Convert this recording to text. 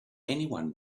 anyone